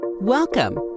Welcome